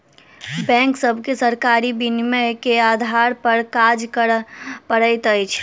bank सभके सरकारी विनियमन के आधार पर काज करअ पड़ैत अछि